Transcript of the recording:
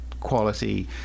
quality